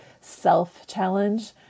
self-challenge